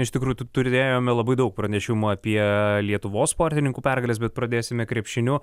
iš tikrųjų turėjome labai daug pranešimų apie lietuvos sportininkų pergales bet pradėsime krepšiniu